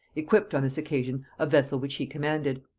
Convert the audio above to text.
equipped on this occasion a vessel which he commanded.